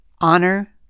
honor